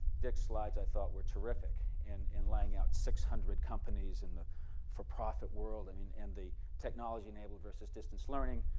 dick's slides, i thought, were terrific and in laying out six hundred companies in the for profit world i mean and the technology enabled versus distance learning.